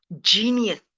genius